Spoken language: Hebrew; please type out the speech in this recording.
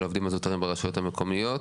של עובדים זוטרים ברשויות המקומיות,